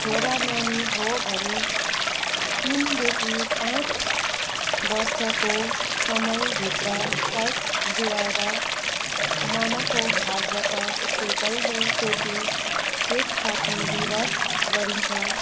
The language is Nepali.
छोरा नानी हो भने तिनदेखि पाँच वर्षको समयभित्र साइत जुराएर मामाको हातबाट उसले पहिलोचोटि केश काट्ने रिवाज गरिन्छ